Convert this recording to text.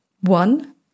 one